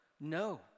No